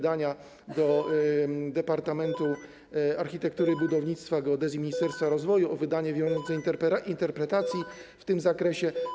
Departamentu Architektury, Budownictwa i Geodezji Ministerstwa Rozwoju o wydanie wiążącej interpretacji w tym zakresie.